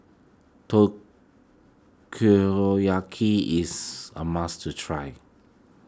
Takoyaki is a must try